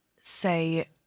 say